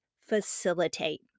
facilitate